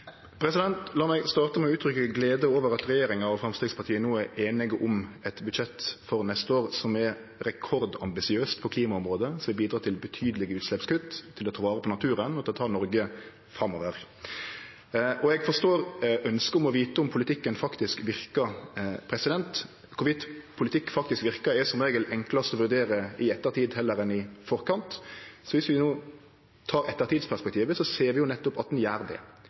La meg starte med å uttrykkje glede over at regjeringa og Framstegspartiet no er einige om eit budsjett for neste år som er rekordambisiøst på klimaområdet. Det skal bidra til betydelege utsleppskutt, til å ta vare på naturen og å ta Noreg framover. Eg forstår ønsket om å vite om politikken faktisk verkar. Om politikk faktisk verkar, er som regel enklast å vurdere i ettertid heller enn i forkant. Viss vi ser det i ettertidsperspektivet, ser vi at politikken gjer det.